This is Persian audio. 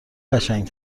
قشنگ